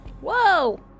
whoa